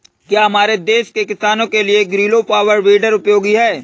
क्या हमारे देश के किसानों के लिए ग्रीलो पावर वीडर उपयोगी है?